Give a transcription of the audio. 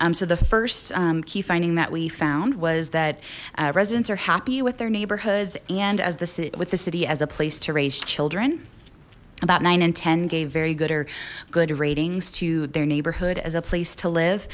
report so the first key finding that we found was that residents are happy with their neighborhoods and as the city with the city as a place to raise children about nine and ten gave very good or good ratings to their neighborhood as a place to live